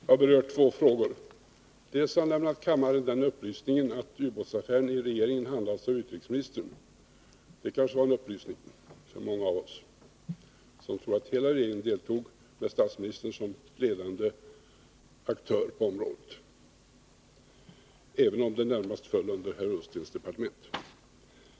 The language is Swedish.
Herr talman! Hadar Cars har berört två frågor. Först och främst har han lämnat kammaren den upplysningen att ubåtsaffären i regeringen handlades av utrikesministern. Det kanske var en upplysning för många av oss, som trodde att hela regeringen deltog, med statsministern som ledande aktör på området, även om ärendet närmast föll under herr Ullstens departement.